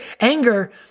anger